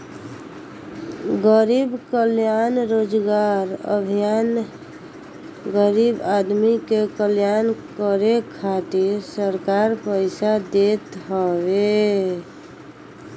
गरीब कल्याण रोजगार अभियान गरीब आदमी के कल्याण करे खातिर सरकार पईसा देत हवे